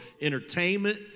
entertainment